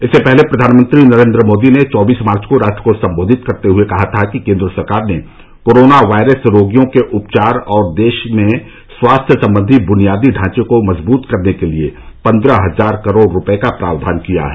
इससे पहले प्रधानमंत्री नरेन्द्र मोदी ने चौबीस मार्च को राष्ट्र को सम्बोधित करते हुए कहा था कि केन्द्र सरकार ने कोरोना वायरस रोगियों के उपचार और देश में स्वास्थ्य संबंधी बुनियादी ढांचे को मजुबत करने के लिए पन्द्रह हजार करोड़ रुपये का प्रावधान किया है